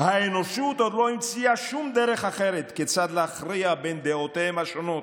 "האנושות עוד לא המציאה שום דרך אחרת כיצד להכריע בין דעותיהם השונות,